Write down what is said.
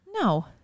No